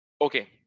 okay